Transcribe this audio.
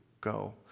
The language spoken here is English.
go